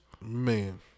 Man